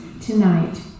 tonight